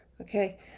Okay